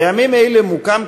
בימים אלו מוקם,